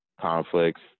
conflicts